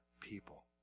people